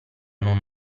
non